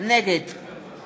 נגד